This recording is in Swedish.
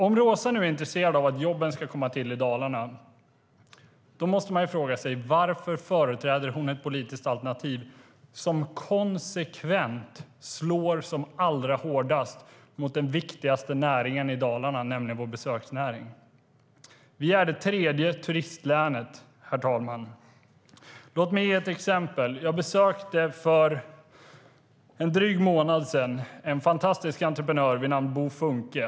Om Roza Güclü Hedin nu är intresserad av att jobben ska komma till i Dalarna måste man fråga sig varför hon företräder ett politiskt alternativ som konsekvent slår allra hårdast mot den viktigaste näringen i Dalarna, nämligen vår besöksnäring. Vi är det tredje turistlänet, herr talman. Låt mig ge ett exempel. Jag besökte för en dryg månad sedan en fantastisk entreprenör vid namn Bo Funcke.